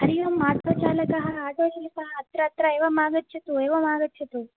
हरि ओम् आटोचालकः आटोचालकः अत्र अत्र एवम् आगच्छतु एवमागच्छतु